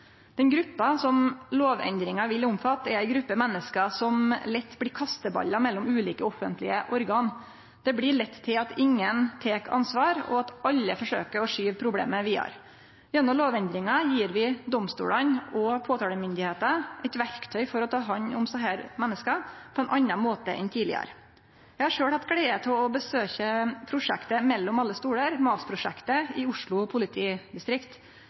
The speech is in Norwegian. Den gruppa som lovendringa vil omfatte, er ei gruppe menneske som lett blir kasteballar mellom ulike offentlege organ. Det blir lett til at ingen tek ansvar, og at alle forsøkjer å skyve problemet vidare. Gjennom lovendringa gjev vi domstolane og påtalemyndigheita eit verkty for å ta hand om desse menneska på ein annan måte enn tidlegare. Eg har sjølv hatt gleda av å besøkje prosjektet «Mellom alle stoler», MAS-prosjektet, i Oslo politidistrikt.